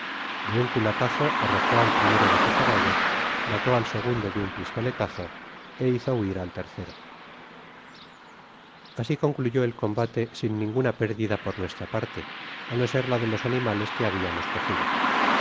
de un culatazo arrojó al primero de su caballo mató al segundo de un pistoletazo é hizo huir al tercero asi concluyó el combate sin ninguna pérdida por nuestra parte á no ser la de los animales que habiamos cogido